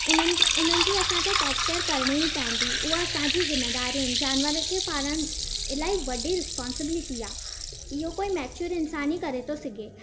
उन्हनि उन्हनि जी असां खे टैक केयर करिणी ई पवंदी उहा असांजी ज़िम्मेदारी आहिनि जानवर खे पालणु इलाही वॾी रिस्पॉन्सिबिलिटी आहे इहो कोई मैच्योर इंसान ई करे थो सघे